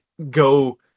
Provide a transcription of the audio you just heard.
go